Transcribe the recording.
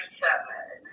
seven